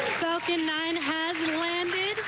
in nine has and landed.